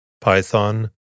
Python